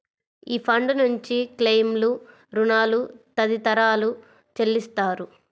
ఈ ఫండ్ నుంచి క్లెయిమ్లు, రుణాలు తదితరాలు చెల్లిస్తారు